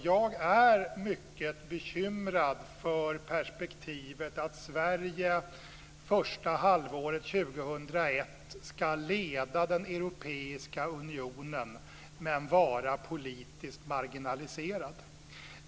Jag är mycket bekymrad för perspektivet att Sverige under det första halvåret 2001 ska leda Europeiska unionen och vara politiskt marginaliserat.